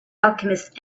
alchemist